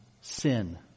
sin